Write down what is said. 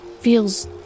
feels